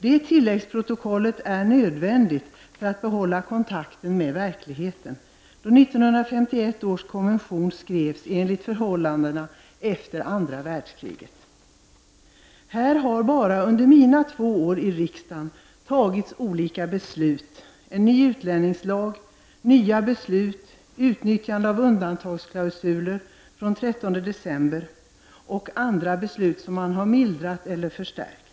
Det tilläggsprotokollet är nödvändigt för att behålla kontakten med verkligheten, då 1951 års konvention skrevs för de förhållanden som rådde efter andra världskriget. Under mina två år i riksdagen har det fattats olika beslut. Det är en ny utlänningslag, nya beslut, utnyttjande av undantagsklausuler fr.o.m. den 13 december och andra beslut som har mildrats eller förstärkts.